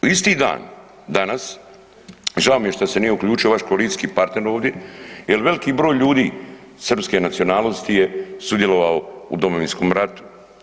Isti dan, danas, žao mi je šta se nije uključio vaš koalicijski partner ovdje jer veliki broj ljudi srpske nacionalnosti je sudjelovao u Domovinskom ratu.